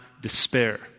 despair